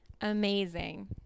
amazing